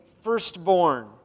firstborn